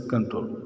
Control